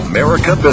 America